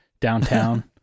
downtown